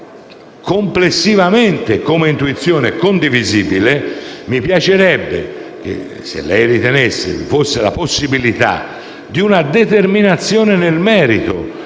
complessivamente, come intuizione, condivisibile. Mi piacerebbe sapere se lei ritenga vi sia la possibilità di una determinazione nel merito